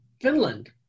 Finland